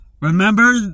Remember